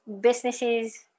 businesses